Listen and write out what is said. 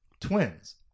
twins